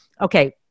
Okay